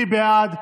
מי בעד?